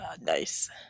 Nice